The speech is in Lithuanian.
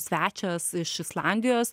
svečias iš islandijos